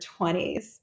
20s